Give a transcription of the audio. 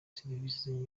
serivisi